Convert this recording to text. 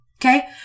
Okay